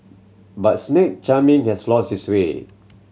but snake charming has lost its sway